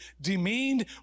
demeaned